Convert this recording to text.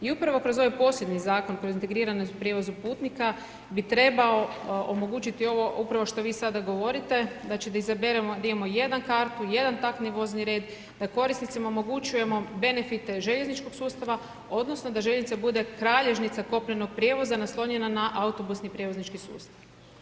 I upravo kroz ovaj posljednji zakon koji je o integriranom prijevozu putnik bi trebao omogućiti ovo upravo što vi sada govorite, znači da izaberemo, da imamo jednu kartu, jedan taktni vozni red, da korisnicima omogućujemo benefite željezničkog sustava odnosno da željeznica bude kralježnica kopnenog prijevoza naslonjena na autobusni prijevoznički sustav.